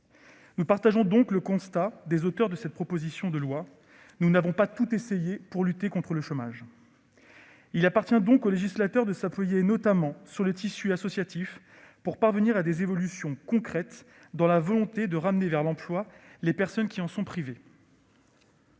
Nous partageons donc le constat des auteurs de la proposition de loi : nous n'avons pas tout essayé pour lutter contre le chômage. Il appartient au législateur de s'appuyer notamment sur le tissu associatif pour parvenir à des évolutions concrètes en vue de ramener vers l'emploi les personnes qui en sont privées.